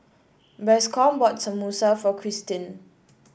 Bascom bought Samosa for Kirstin